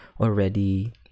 already